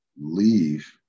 leave